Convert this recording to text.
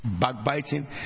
backbiting